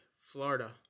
Florida